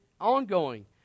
ongoing